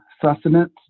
sustenance